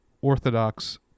orthodox